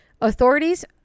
authorities